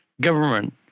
government